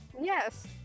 Yes